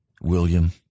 William